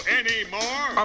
anymore